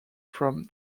from